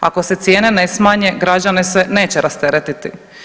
Ako se cijene ne smanje, građane se neće rasteretiti.